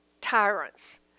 tyrants